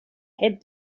hid